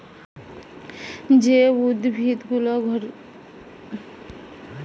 যে উদ্ভিদ গুলা ঘরের ভিতরে বেড়ে উঠতে পারে যেমন মানি প্লান্ট